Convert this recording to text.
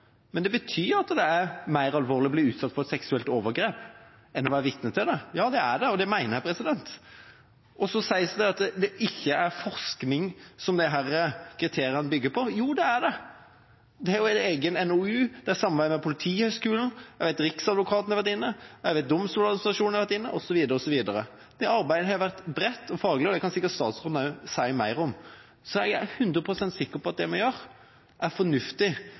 men det betyr at det er mer alvorlig å bli utsatt for seksuelt overgrep enn å være vitne til det. Ja, det er det, og det mener jeg. Så sies det at det ikke er forskning disse kriteriene bygger på. Jo, det er det. Det er jo en egen NOU, det er samarbeid med Politihøgskolen, jeg vet at Riksadvokaten har vært inne, jeg vet at domstolsorganisasjonene har vært inne, osv. Det arbeidet har vært bredt og faglig, og det kan sikkert statsråden også si mer om. Så jeg er 100 pst. sikker på at det vi gjør, er fornuftig,